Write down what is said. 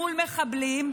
מול מחבלים,